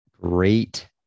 Great